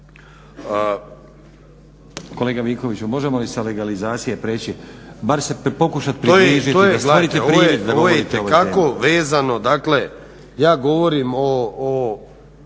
Kolega Vinkoviću, možemo li sa legalizacije preći, bar se pokušat približiti, stvoriti privid da govorite o ovoj temi.